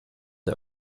der